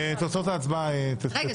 ארבל,